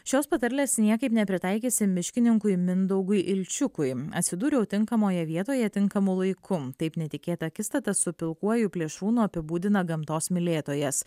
šios patarlės niekaip nepritaikysi miškininkui mindaugui ilčiukui atsidūriau tinkamoje vietoje tinkamu laiku taip netikėta akistata su pilkuoju plėšrūnu apibūdina gamtos mylėtojas